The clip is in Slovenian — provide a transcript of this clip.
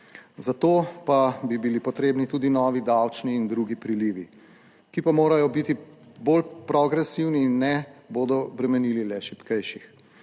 Za to pa bi bili potrebni tudi novi davčni in drugi prilivi, ki pa morajo biti bolj progresivni in ne bodo bremenili le šibkejših,